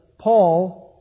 Paul